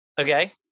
Okay